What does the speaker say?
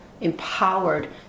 Empowered